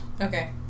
okay